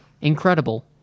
Incredible